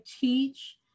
teach